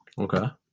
Okay